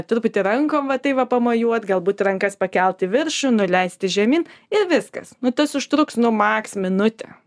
truputį rankom va tai va pamojuot galbūt rankas pakelti į viršų nuleisti žemyn ir viskas nu tas užtruks nu max minutę